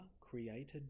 created